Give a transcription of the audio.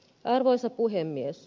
arvoisa puhemies